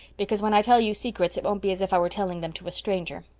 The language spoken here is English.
because when i tell you secrets it won't be as if i were telling them to a stranger.